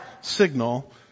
signal